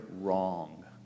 wrong